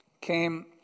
came